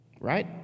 right